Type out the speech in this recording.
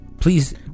Please